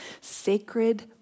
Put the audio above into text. sacred